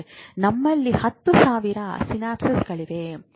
ನಮ್ಮಲ್ಲಿ 10000 ರಿಂದ 10000 ಸಿನಾಪ್ಗಳಿವೆ